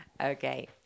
Okay